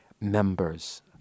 members